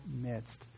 midst